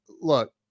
look